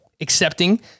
accepting